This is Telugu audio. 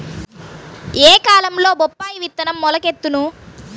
ఏ కాలంలో బొప్పాయి విత్తనం మొలకెత్తును?